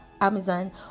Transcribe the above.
Amazon